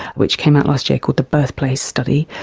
which came out last year called the birthplace study,